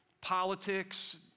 politics